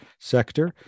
sector